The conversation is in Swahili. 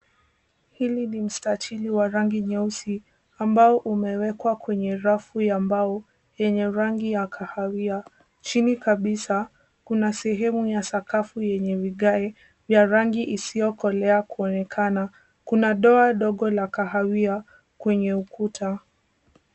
Hili ni mstatili wa rangi nyeusi ambao umewekwa kwenye rafu ya mbao yenye rangi ya kahawia. Chini kabisa, kuna sehemu ya sakafu yenye vigae vya rangi isiyokolea kuonekana, kuna doa dogo la kahawia kwenye ukuta.